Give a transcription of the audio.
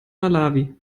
malawi